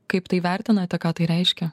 kaip tai vertinate ką tai reiškia